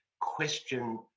question